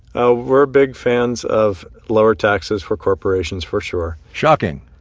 oh, we're big fans of lower taxes for corporations, for sure. shocking.